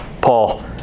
Paul